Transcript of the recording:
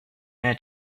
her